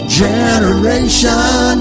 generation